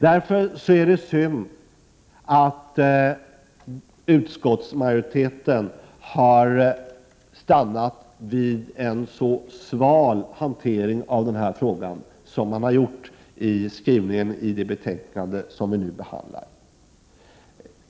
Mot denna bakgrund är det synd att utskottsmajoriteten har stannat vid en så sval hantering som den gjort i skrivningen i det betänkande som vi nu behandlar.